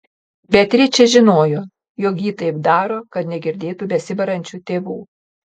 beatričė žinojo jog ji taip daro kad negirdėtų besibarančių tėvų